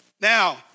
Now